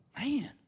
man